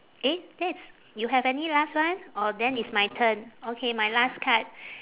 eh that's you have any last one orh then it's my turn okay my last card